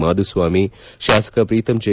ಮಾಧುಸ್ವಾಮಿ ಶಾಸಕ ಪ್ರೀತಂ ಜೆ